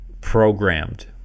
programmed